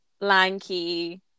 lanky